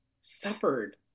suffered